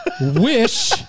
Wish